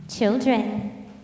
Children